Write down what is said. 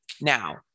Now